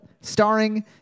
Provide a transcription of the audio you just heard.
starring